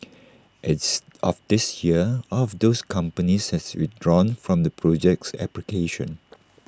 as of this year all of those companies has withdrawn from the project's application